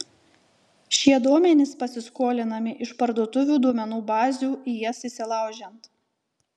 šie duomenys pasiskolinami iš parduotuvių duomenų bazių į jas įsilaužiant